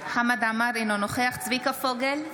חמד עמאר, אינו נוכח צביקה פוגל,